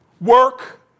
Work